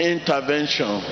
Intervention